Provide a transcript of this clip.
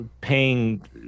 paying